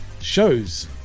shows